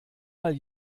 mal